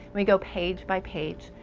we go page by page.